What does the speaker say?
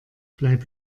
bleib